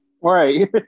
Right